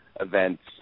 events